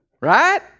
Right